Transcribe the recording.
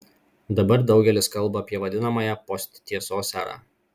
dabar daugelis kalba apie vadinamąją posttiesos erą